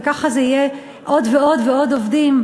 וככה זה יהיה עוד ועוד מאות עובדים.